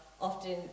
often